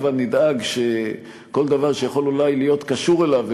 הבה נדאג שכל דבר שיכול אולי להיות קשור אליו,